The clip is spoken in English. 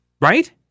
Right